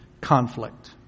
conflict